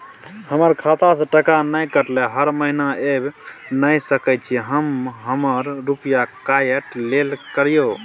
हमर खाता से टका नय कटलै हर महीना ऐब नय सकै छी हम हमर रुपिया काइट लेल करियौ?